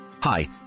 Hi